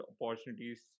opportunities